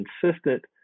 Consistent